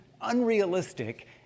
unrealistic